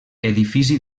edifici